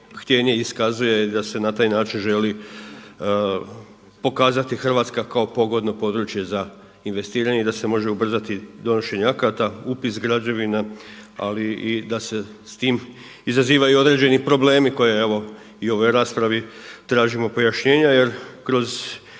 htijenje iskazuje i da se na taj način želi pokazati Hrvatska kao pogodno područje za investiranje i da se može ubrzati donošenje akata, upis građevina ali i da se s tim izazivaju i određeni problemi koje evo i u ovoj raspravi tražimo pojašnjenja. Jer kroz